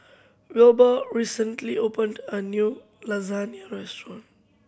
Wilbur recently opened a new Lasagna Restaurant